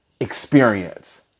experience